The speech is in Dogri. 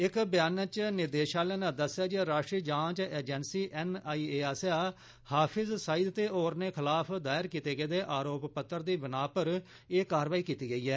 इक ब्यानै च निदेशालय नै दस्सेआ ऐ जे राष्ट्रीय जांच एजेंसी एनआईए आसेआ हाफिज़ सईद ते होरने खिलाफ दायर कीते गेदे आरोप पत्र दी बिनाह पर एह् कारवाई कीती गेई ऐ